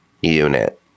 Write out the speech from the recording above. unit